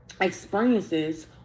experiences